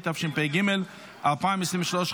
התשפ"ג 2003,